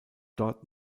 dort